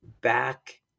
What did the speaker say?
back